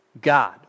God